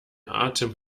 atem